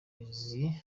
iki